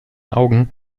augen